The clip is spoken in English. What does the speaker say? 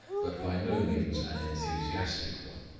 but by no means an enthusiastic one.